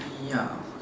ya